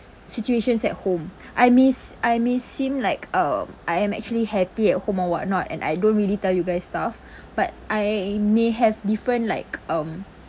situations at home I may s~ I may seem like um I am actually happy at home or whatnot and I don't really tell you guys stuff but I may have different like um